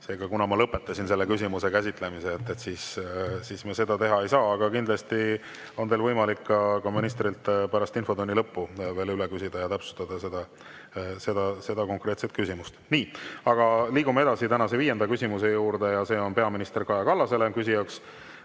Seega, kuna ma lõpetasin selle küsimuse käsitlemise, siis me seda teha ei saa. Aga kindlasti on teil võimalik ka ministrilt pärast infotunni lõppu veel üle küsida ja täpsustada seda konkreetset küsimust. Liigume edasi tänase viienda küsimuse juurde, see on peaminister Kaja Kallasele. Küsija